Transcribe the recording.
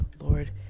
lord